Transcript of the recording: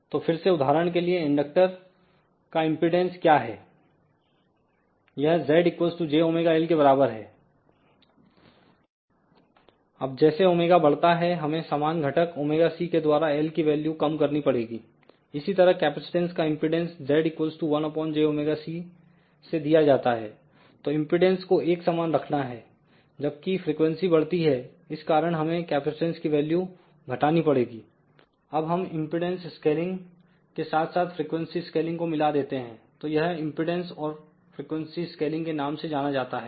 तो फिर से उदाहरण के लिए इंडक्टर का इंपेडेंस क्या है यह Z jωL के बराबर है अब जैसे ω बढ़ता है हमें समान घटक ωc के द्वारा L की वैल्यू कम करनी पड़ेगी इसी तरह कैपेसिटेंस का इंपेडेंस Z 1 jωc से दिया जाता है तो इंपेडेंस को एक सामान रखना है जबकि फ्रीक्वेंसी बढ़ती है इस कारण हमें कैपेसिटेंस की वैल्यू घटानी पड़ेगीअब हम इंपेडेंस स्केलिंग के साथ साथ फ्रीक्वेंसीस्केलिंग को मिला देते हैं तो यह इंपेडेंसऔर फ्रीक्वेंसी स्केलिंग के नाम से जाना जाता है